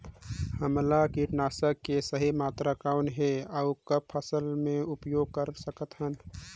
हमला कीटनाशक के सही मात्रा कौन हे अउ कब फसल मे उपयोग कर सकत हन?